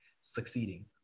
succeeding